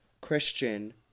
Christian